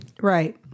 Right